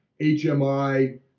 HMI